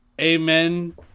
amen